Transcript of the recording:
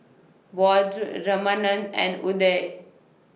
Vedre Ramanand and Udai